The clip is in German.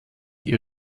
ihr